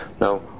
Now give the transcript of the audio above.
Now